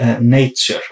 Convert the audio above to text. nature